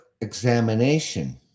examination